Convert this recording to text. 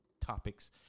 topics